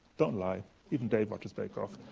don't lie even dave watches bake off.